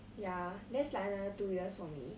ya that's like another two years for me